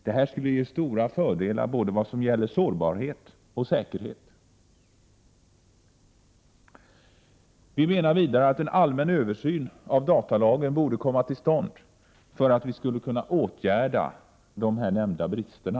Detta skulle ge stora fördelar både när det gäller sårbarhet och säkerhet. Vi menar vidare att en allmän översyn av datalagen borde komma till stånd för att man skall kunna åtgärda de nämnda bristerna.